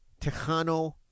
Tejano